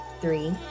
three